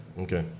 Okay